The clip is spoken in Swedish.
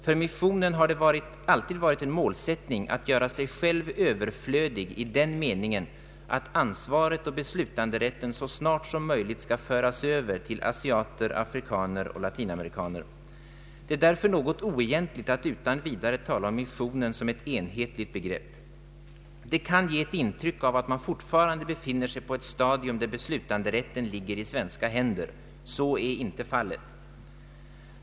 För missionen har det alltid varit en målsättning att göra sig själv överflödig i den meningen att ansvaret och beslutanderätten så snart som möjligt skall föras över till asiater, afrikaner och latinamerikaner. Det är därför något oegentligt att utan vidare tala om missionen som ett enhetligt begrepp. Det kan ge ett intryck av att man fortfarande befinner sig på ett stadium där beslutanderätten ligger i svenska händer. Så är alltså inte fallet.